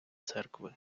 церкви